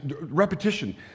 repetition